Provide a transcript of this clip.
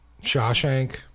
Shawshank